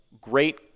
great